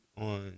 on